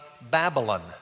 Babylon